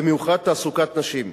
במיוחד תעסוקת נשים.